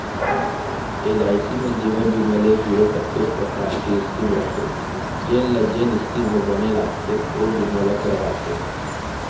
LIC म जीवन बीमा ले जुड़े कतको परकार के स्कीम रथे जेन ल जेन स्कीम ह बने लागथे ओ बीमा ल करवाथे